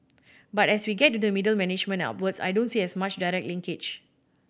but as we get into the middle management and upwards I don't see as much direct linkage